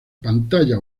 pantalla